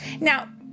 Now